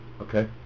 Okay